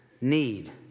need